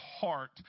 heart